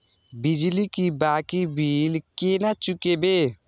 बिजली की बाकी बील केना चूकेबे?